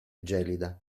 gelida